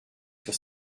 sur